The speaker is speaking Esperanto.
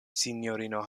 sinjorino